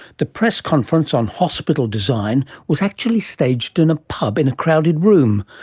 the press conference on hospital design was actually staged in a pub in a crowded room,